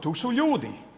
Tu su ljudi.